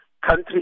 country